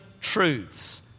truths